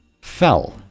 fell